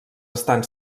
estan